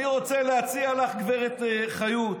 אני רוצה להציע לך, גב' חיות: